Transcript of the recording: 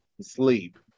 Sleep